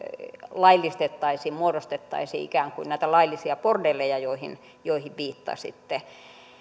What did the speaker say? laillistettaisiin muodostettaisiin ikään kuin näitä laillisia bordelleja joihin joihin viittasitte